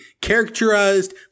characterized